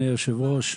חבר הכנסת אבי מעוז.